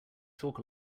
talk